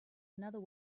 another